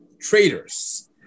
traders